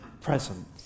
present